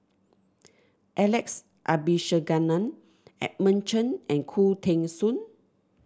Alex Abisheganaden Edmund Chen and Khoo Teng Soon